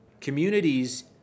Communities